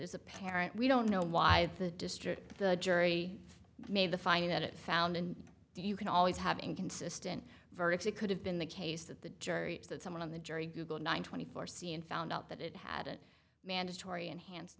is apparent we don't know why the district the jury made the finding that it found and do you can always have inconsistent verdicts it could have been the case that the jury that someone on the jury google nine twenty four c and found out that it had a mandatory enhanced